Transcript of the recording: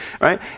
right